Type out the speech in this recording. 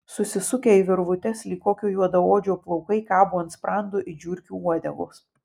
susisukę į virvutes lyg kokio juodaodžio plaukai kabo ant sprando it žiurkių uodegos